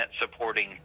supporting